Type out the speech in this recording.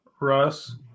Russ